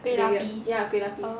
kueh lapis orh